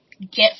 get